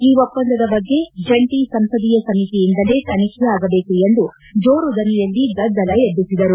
ಈ ಒಪ್ಪಂದದ ಬಗ್ಗೆ ಜಂಟ ಸಂಸದೀಯ ಸಮಿತಿಯಿಂದಲೇ ತನಿಖೆಯಾಗಬೇಕು ಎಂದು ಜೋರು ದನಿಯಲ್ಲಿ ಗದ್ದಲ ಎಬ್ಲಿಸಿದರು